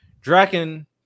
Draken